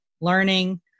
learning